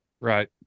Right